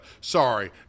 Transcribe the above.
Sorry